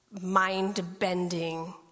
mind-bending